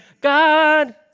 God